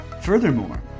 Furthermore